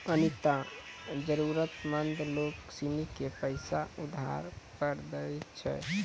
अनीता जरूरतमंद लोग सिनी के पैसा उधार पर दैय छै